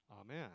Amen